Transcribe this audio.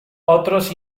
otros